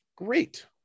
great